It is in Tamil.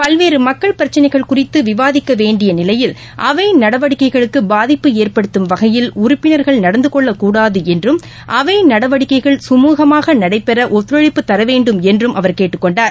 பல்வேறு மக்கள் பிரச்னைகள் குறித்து விவாதிக்க வேண்டிய நிலையில் அவை நடவடிக்கைகளுக்கு பாதிப்பு ஏற்படுத்தும் வகையில் உறுப்பினர்கள் நடந்து கொள்ளக்கூடாது என்றும் அவர்கள் தங்களது இருக்கைக்கு சென்றும் அவை நடவடிக்கைகள் கமுகமாக நடைபெற ஒத்துழைப்பு தரவேண்டும் என்றும் அவர் கேட்டுக்கொண்டார்